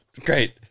Great